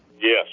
Yes